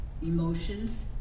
emotions